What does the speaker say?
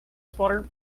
swatter